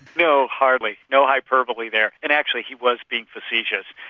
no, hardly. no hyperbole there and actually he was being facetious.